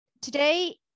today